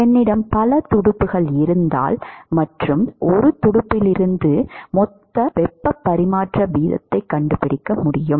என்னிடம் பல துடுப்புகள் இருந்தால் மற்றும் 1 துடுப்பிலிருந்து மொத்த வெப்ப பரிமாற்ற வீதத்தைக் கண்டுபிடிக்க முடியும்